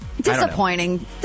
Disappointing